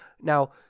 Now